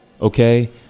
okay